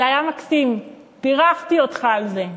זה היה מקסים, בירכתי אותך על זה.